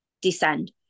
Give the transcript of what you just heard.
Descend